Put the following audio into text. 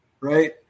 right